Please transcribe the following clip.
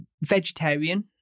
vegetarian